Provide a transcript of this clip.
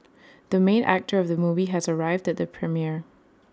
the main actor of the movie has arrived at the premiere